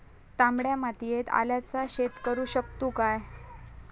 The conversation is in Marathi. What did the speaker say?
तामड्या मातयेत आल्याचा शेत करु शकतू काय?